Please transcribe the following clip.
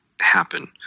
happen